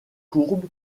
courbe